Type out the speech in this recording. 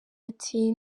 ati